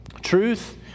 Truth